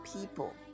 people